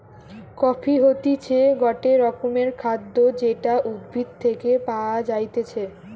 coffee হতিছে গটে রকমের খাদ্য যেটা উদ্ভিদ থেকে পায়া যাইতেছে